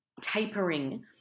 tapering